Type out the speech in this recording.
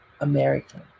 American